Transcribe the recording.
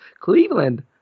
Cleveland